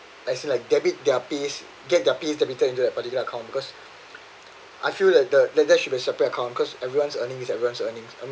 I feel like debit their pays get their pays to debit into a particular account because I feel like the that that should be a separate accounts cause everyone's earnings is everyone's earnings I